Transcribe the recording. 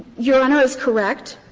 your honor is correct.